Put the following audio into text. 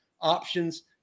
options